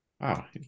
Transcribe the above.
Wow